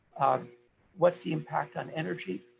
what's the impact on energy?